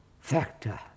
Factor